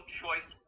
choice